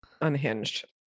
unhinged